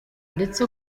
ndetse